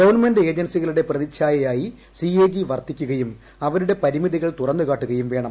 government ഏജൻസികളുടെ പ്രതിച്ഛായയായി C A G വർത്തിക്കുകയും അവരുടെ പരിമിതികൾ തുറന്നുകാട്ടുകയും വേണം